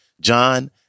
John